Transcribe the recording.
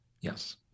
Yes